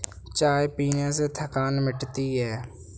चाय पीने से थकान मिटती है